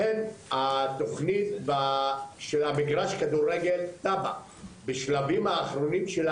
לכן תוכנית מגרש הכדורגל בשלביה האחרונים,